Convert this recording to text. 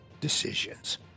decisions